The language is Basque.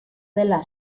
dela